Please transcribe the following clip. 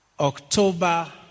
October